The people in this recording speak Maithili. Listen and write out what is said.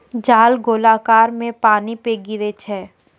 जाल गोलाकार मे पानी पे गिरै छै